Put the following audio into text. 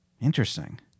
interesting